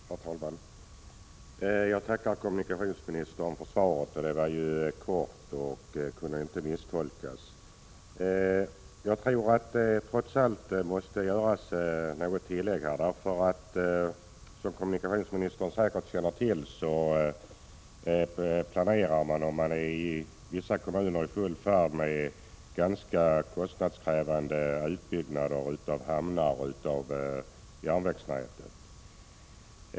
Herr talman! Jag tackar kommunikationsministern för svaret på min interpellation. Det var kort och kunde inte misstolkas. Jag tror att det trots allt måste göras något tillägg. Som kommunikationsministern säkerligen känner till planerar man och är i vissa kommuner i full färd med ganska kostnadskrävande utbyggnader av hamnar och järnvägsnät.